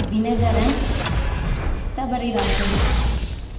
Dinakaran Sabarirajan